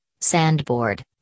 sandboard